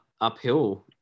uphill